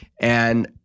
and-